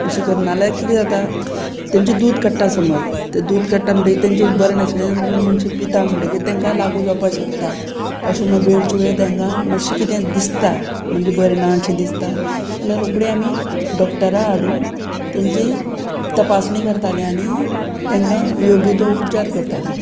अशें करना कितें जाता तांचे दूद काडटा समज तें दूद काडटा म्हणटकीर तांचे बरें नाशिल्लें मनशां पिता म्हणटकीर तांकां लागू जावपाक शकता अशें म्हण वेळचे वेळ तांकां मातशें कितें दिसता म्हणजे बरें ना अशें दिसता जाल्यार रोकडी आमी डॉक्टरा हाडून तांची तपासणी करताले आनी तांकां योग्य तो उपचार करताले